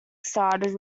started